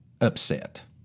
upset